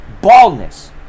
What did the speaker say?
baldness